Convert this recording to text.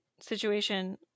situation